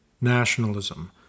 nationalism